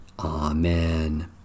Amen